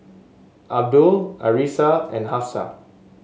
Abdul Arissa and Hafsa